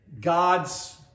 God's